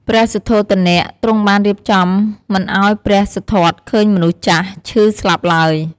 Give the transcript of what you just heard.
ព្រះសុទ្ធោទនៈទ្រង់បានរៀបចំមិនឲ្យព្រះសិទ្ធត្ថឃើញមនុស្សចាស់ ឈឺ ស្លាប់ឡើយ។